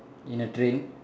in a train